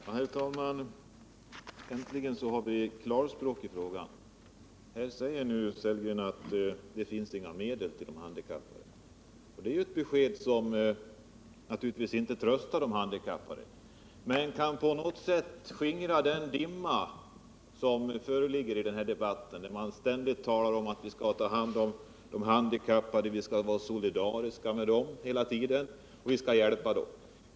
Herr talman! Äntligen får vi höra klarspråk i frågan. Här säger nu herr Sellgren att det finns inga medel till de handikappade. Det är ett besked som naturligtvis inte tröstar de handikappade; men det kan dock på något sätt skingra den dimma som råder i debatten, när man ständigt talar om att vi skall ta hand om de handikappade, vi skall vara solidariska med dem hela tiden och vi skall hjälpa dem.